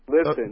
Listen